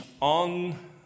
on